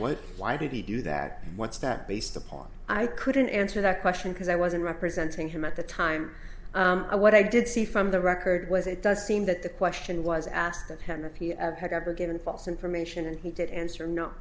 what why did he do that and what's that based upon i couldn't answer that question because i wasn't representing him at the time i what i did see from the record was it does seem that the question was asked of him if he had ever given false information and he did answer no